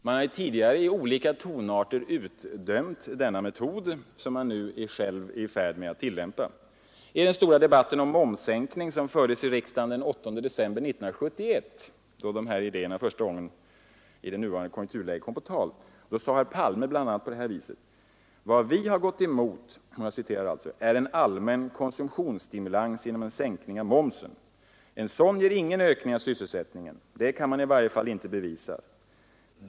Man har ju tidigare i olika tonarter utdömt den metod som man nu själv är i färd med att tillämpa. I den stora riksdagsdebatten om momssänkning den 8 december 1971, då de här idéerna första gången i nuvarande konjunkturläge kom på tal, sade herr Palme bl.a. följande: ”Vad vi gått emot är en allmän konsumtionsstimulans genom en sänkning av momsen. En sådan ger ingen ökning av sysselsättningen — det kan i varje fall inte bevisas.